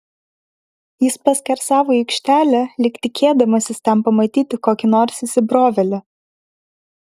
jis paskersavo į aikštelę lyg tikėdamasis ten pamatyti kokį nors įsibrovėlį